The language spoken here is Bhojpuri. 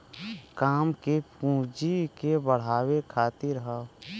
काम के पूँजी के बढ़ावे खातिर हौ